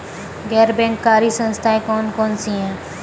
गैर बैंककारी संस्थाएँ कौन कौन सी हैं?